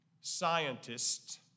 scientists